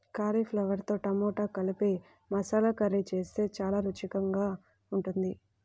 కాలీఫ్లవర్తో టమాటా కలిపి మసాలా కర్రీ చేస్తే చాలా రుచికరంగా ఉంటుంది